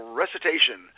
recitation